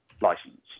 license